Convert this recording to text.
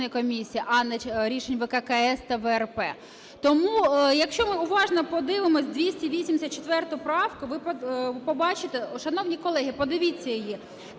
а не рішень ВККС та ВРП. Тому, якщо ми уважно подивимося 284 правку, ви побачите, шановні колеги, подивіться її,